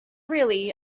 really